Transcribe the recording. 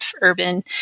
urban